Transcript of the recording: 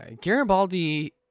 garibaldi